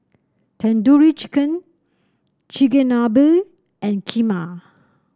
Tandoori Chicken Chigenabe and Kheema